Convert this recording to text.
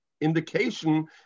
indication